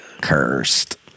cursed